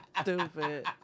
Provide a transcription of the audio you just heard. Stupid